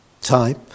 type